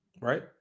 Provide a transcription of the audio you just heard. Right